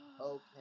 okay